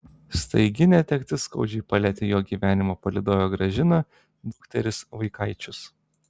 staigi netektis skaudžiai palietė jo gyvenimo palydovę gražiną dukteris vaikaičius